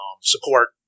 support